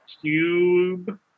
Cube